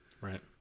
Right